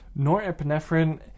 Norepinephrine